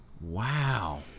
Wow